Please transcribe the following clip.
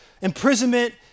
imprisonment